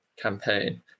campaign